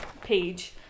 page